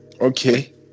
Okay